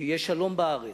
שיהיה שלום בארץ,